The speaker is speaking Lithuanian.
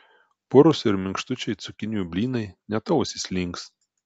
purūs ir minkštučiai cukinijų blynai net ausys links